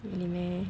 really meh